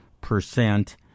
percent